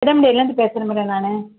இருந்து பேசுகிறேன் மேடம் நான்